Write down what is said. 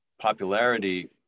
popularity